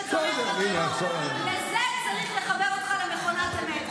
שאתה תומך טרור --- על זה צריך לחבר אותך למכונת אמת,